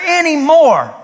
anymore